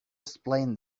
explained